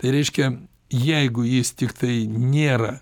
tai reiškia jeigu jis tiktai nėra